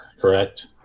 correct